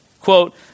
quote